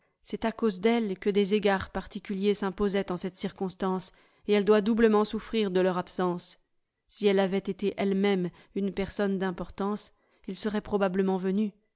c'est à cause d'elle que des égards particuliers s'imposaient en cette circonstance et elle doit doublement souffrir de leur absence si elle avait été elle-même une personne d'importance il serait probablement venu